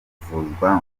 kuvuzwa